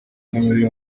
n’abari